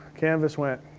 canvas went.